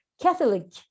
Catholic